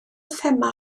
thema